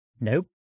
Nope